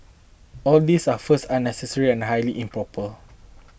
all these are first unnecessary and highly improper